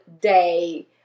day